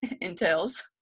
entails